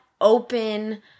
open